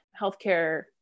healthcare